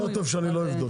יותר טוב שאני לא אבדוק.